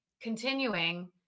continuing